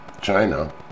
China